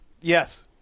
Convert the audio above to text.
Yes